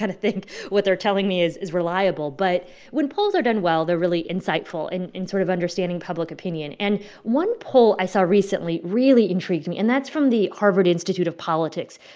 of think what they're telling me is is reliable. but when polls are done well, they're really insightful and in sort of understanding public opinion. and one poll i saw recently really intrigued me. and that's from the harvard institute of politics.